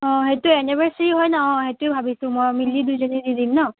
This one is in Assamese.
অঁ সেইটো এনিভাৰ্চাৰী হয় ন অঁ সেইটোৱে ভাবিছোঁ মই মিলি দুইজনী দি দিম ন